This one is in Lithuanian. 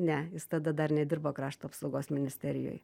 ne jis tada dar nedirbo krašto apsaugos ministerijoj